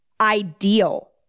ideal